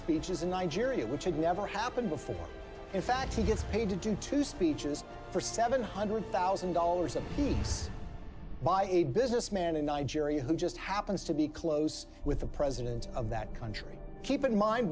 speeches in nigeria which had never happened before in fact he gets paid to do two speeches for seven hundred thousand dollars a piece by a businessman in nigeria who just happens to be close with the president of that country keep in mind